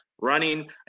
running